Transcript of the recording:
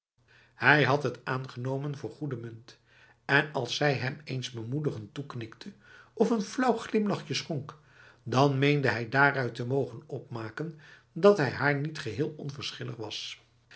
hij had het aangenomen voor goede munt en als zij hem eens bemoedigend toeknikte of een flauw glimlachje schonk dan meende hij daaruit te mogen opmaken dat hij haar niet geheel onverschillig was